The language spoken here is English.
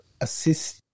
assist